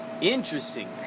Interesting